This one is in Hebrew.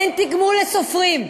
אין תגמול לסופרים,